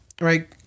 right